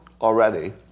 already